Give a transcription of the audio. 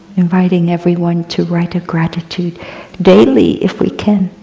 inviting everyone to write a gratitude daily, if we can.